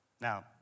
Now